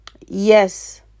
yes